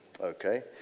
okay